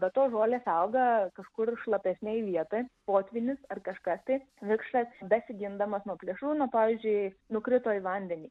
bet tos žolės auga kažkur šlapesnėj vietoj potvynis ar kažkas tai vikšras besigindamas nuo plėšrūno pavyzdžiui nukrito į vandenį